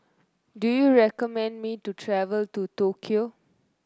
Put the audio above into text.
do you recommend me to travel to Tokyo